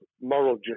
moral